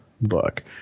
book